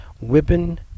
Whipping